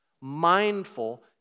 mindful